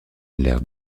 l’air